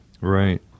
Right